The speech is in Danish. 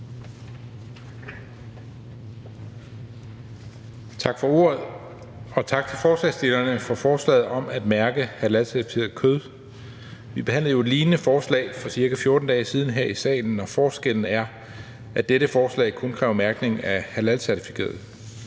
Tak for ordet. Og tak til forslagsstillerne for forslaget om at mærke halalcertificeret kød. Vi behandlede jo et lignende forslag for ca. 14 dage siden her i salen, og forskellen er, at dette forslag kun kræver mærkning af halalcertificeret